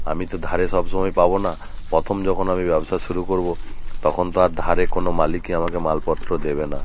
আমি তো ধারে সব সময় পাবো না প্রথম যখন আমি ব্যবসা শুরু করবো তখন তো আর ধারে কোনো মালিকই আমাকে মালপত্র দেবে না